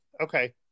Okay